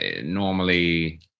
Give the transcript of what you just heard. Normally